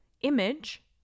image